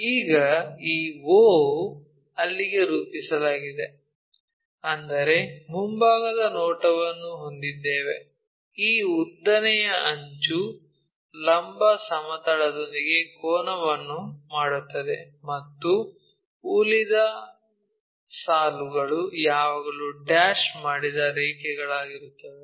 ಈಗ ಈ o ಅಲ್ಲಿಗೆ ರೂಪಿಸಲಾಗಿದೆ ಅಂದರೆ ಮುಂಭಾಗದ ನೋಟವನ್ನು ಹೊಂದಿದ್ದೇವೆ ಈ ಉದ್ದನೆಯ ಅಂಚು ಲಂಬ ಸಮತಲದೊಂದಿಗೆ ಕೋನವನ್ನು ಮಾಡುತ್ತದೆ ಮತ್ತು ಉಳಿದ ಸಾಲುಗಳು ಯಾವಾಗಲೂ ಡ್ಯಾಶ್ ಮಾಡಿದ ರೇಖೆಗಳಾಗಿರುತ್ತವೆ